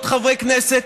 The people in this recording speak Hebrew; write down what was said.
להיות חברי כנסת,